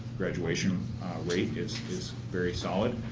graduation rate is is very solid.